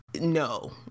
no